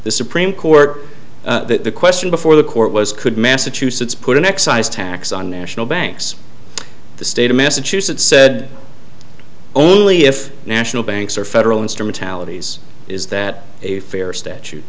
the supreme court the question before the court was could massachusetts put an excise tax on national banks the state of massachusetts said only if national banks are federal instrumentalities is that a fair statute